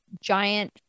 giant